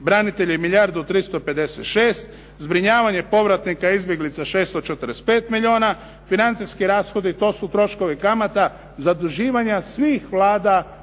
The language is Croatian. branitelji milijardu 356, zbrinjavanje povratnika, izbjeglica 645 milijuna, financijski rashodi, to su troškovi kamata, zaduživanja svih vlada